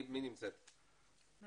אני